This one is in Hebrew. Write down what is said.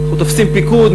אנחנו תופסים פיקוד,